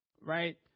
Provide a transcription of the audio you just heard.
right